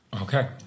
Okay